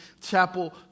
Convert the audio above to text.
Chapel